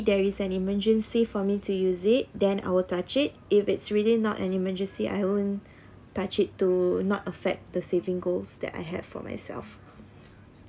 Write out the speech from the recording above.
there is an emergency for me to use it then I will touch it if it's really not an emergency I won't touch it to not affect the saving goals that I have for myself